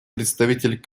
представитель